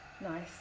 Nice